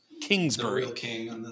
Kingsbury